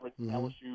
LSU